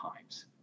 times